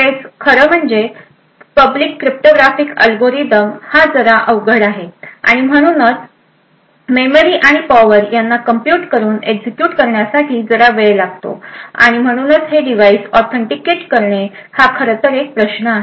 बरेच खरं म्हणजे पब्लिक क्रिप्टोग्राफीक अल्गोरिदम हा जरा अवघड आहे आणि म्हणूनच मेमरी आणि पॉवर यांना कम्प्युट करून एक्झिक्युट करण्यासाठी जरा वेळ लागतो आणि म्हणूनच हे डिव्हाइस ऑथेंटिकेट करणे हा खरं तर एक प्रश्न आहे